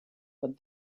but